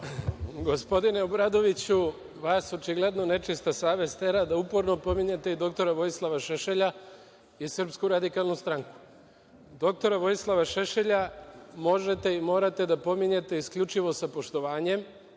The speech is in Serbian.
Gospodine Obradoviću, vas očigledno nečista savest tera da uporno pominjete i dr Vojislava Šešelja i SRS. Doktora Vojislava Šešelja možete i morate da pominjete isključivo sa poštovanjem,